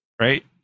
Right